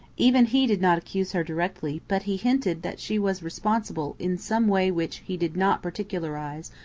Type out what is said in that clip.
even he did not accuse her directly, but he hinted that she was responsible, in some way which he did not particularise,